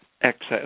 excess